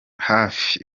hafi